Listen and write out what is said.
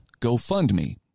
GoFundMe